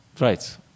Right